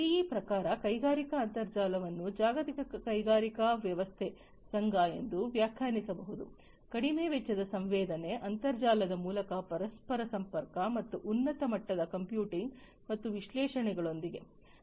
G E ಪ್ರಕಾರ ಕೈಗಾರಿಕಾ ಅಂತರ್ಜಾಲವನ್ನು ಜಾಗತಿಕ ಕೈಗಾರಿಕಾ ವ್ಯವಸ್ಥೆಯ ಸಂಘ ಎಂದು ವ್ಯಾಖ್ಯಾನಿಸಬಹುದು ಕಡಿಮೆ ವೆಚ್ಚದ ಸಂವೇದನೆ ಅಂತರ್ಜಾಲದ ಮೂಲಕ ಪರಸ್ಪರ ಸಂಪರ್ಕ ಮತ್ತು ಉನ್ನತ ಮಟ್ಟದ ಕಂಪ್ಯೂಟಿಂಗ್ ಮತ್ತು ವಿಶ್ಲೇಷಣೆಗಳೊಂದಿಗೆ